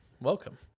welcome